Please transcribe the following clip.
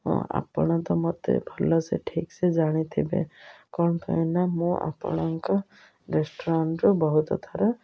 ହଁ ଆପଣ ତ ମୋତେ ଭଲସେ ଠିକ୍ ସେ ଜାଣିଥିବେ କ'ଣ ପାଇଁ ନା ମୁଁ ଆପଣଙ୍କ ରେଷ୍ଟୁରାଣ୍ଟରୁ ବହୁତ ଥର